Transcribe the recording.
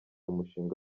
umushinga